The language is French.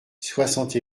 soixante